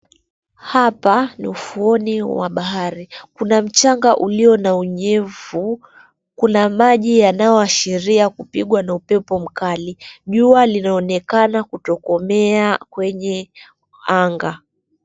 Hapa ni ufuoni wa bahari. Kuna mchanga ulio na unyevu. Kuna maji ambayo yanaashiria kupigwa na upepo mkali. Jua lilnaonekana kutokomea kwenye anga.